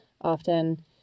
often